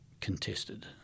contested